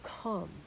come